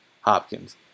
Hopkins